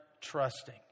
trusting